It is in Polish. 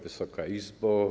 Wysoka Izbo!